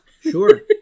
Sure